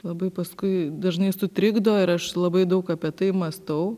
labai paskui dažnai sutrikdo ir aš labai daug apie tai mąstau